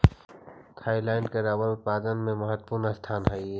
Thailand के rubber उत्पादन में महत्त्वपूर्ण स्थान हइ